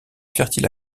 fertile